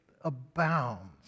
abounds